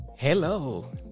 Hello